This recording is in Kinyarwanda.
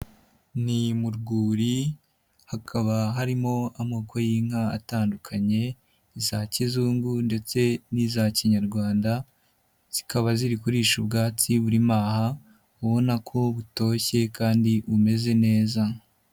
Ni mu rwuri hakaba harimo amoko y'inka atandukanye, iza kizungu ndetse n'iza kinyarwanda, zikaba ziri kuririsha ubwatsi burimo aha ubona ko butoshye kandi bumeze neza.